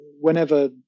whenever